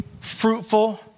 fruitful